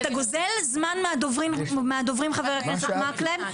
אתה גוזל זמן מהדוברים, חבר הכנסת מקלב.